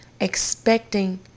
expecting